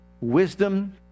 wisdom